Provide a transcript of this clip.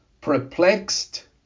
perplexed